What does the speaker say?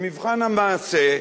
במבחן המעשה,